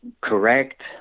correct